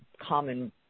common